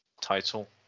title